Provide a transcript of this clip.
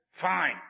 Fine